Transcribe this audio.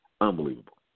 Unbelievable